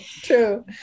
True